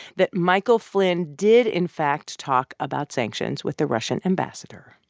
that michael flynn did, in fact, talk about sanctions with the russian ambassador.